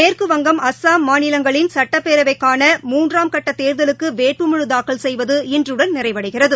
மேற்குவங்கம் அஸ்ஸாம் மாநிலங்களின் சட்டப்பேரவைக்கான முன்றாம் கட்ட தேர்தலுக்கு வேட்புமலு தாக்கல் செய்துவது இன்றுடன் நிறைவடைகிறது